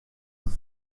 fan